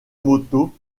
moto